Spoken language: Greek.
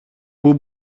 πού